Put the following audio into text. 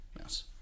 Yes